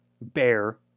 Bear